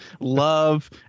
love